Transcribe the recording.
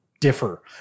differ